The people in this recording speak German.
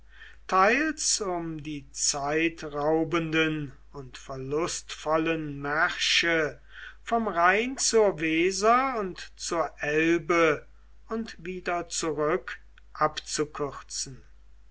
teils um die zeitraubenden und verlustvollen märsche vom rhein zur weser und zur elbe und wieder zurück abzukürzen